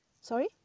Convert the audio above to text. Sorry